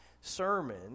sermon